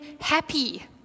happy